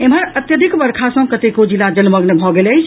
एम्हर अत्यधिक वर्षा सॅ कतेको जिला जलमग्न भऽ गेल अछि